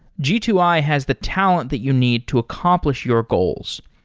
g two i has the talent that you need to accomplish your goals.